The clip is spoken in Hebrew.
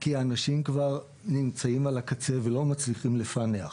כי אנשים כבר נמצאים על הקצה ולא מצליחים לפענח.